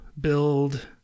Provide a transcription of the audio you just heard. build